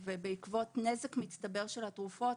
בעקבות נזק מצטבר של התרופות,